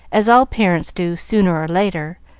as all parents do sooner or later,